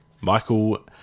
Michael